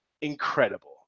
incredible